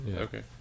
okay